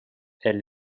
elle